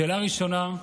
שאלה ראשונה,